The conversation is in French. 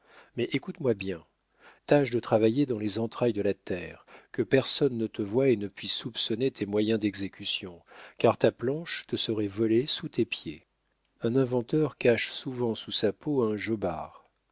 mais écoute moi bien tâche de travailler dans les entrailles de la terre que personne ne te voie et ne puisse soupçonner tes moyens d'exécution car ta planche te serait volée sous tes pieds un inventeur cache souvent sous sa peau un jobard